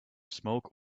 smoke